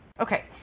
Okay